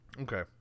Okay